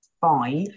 five